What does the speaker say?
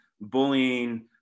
bullying